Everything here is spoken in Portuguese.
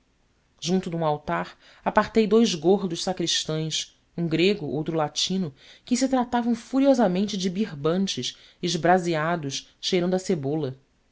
junto de um altar apartei dous gordos sacristães um grego outro latino que se tratavam furiosamente de birbantes esbraseados cheirando a cebola